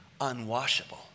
unwashable